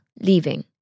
leaving